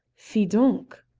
fi donc!